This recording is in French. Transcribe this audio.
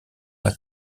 pas